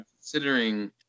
Considering